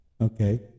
okay